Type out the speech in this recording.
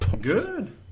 Good